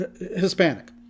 hispanic